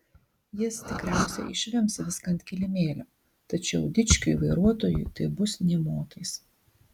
jis tikriausiai išvems viską ant kilimėlio tačiau dičkiui vairuotojui tai bus nė motais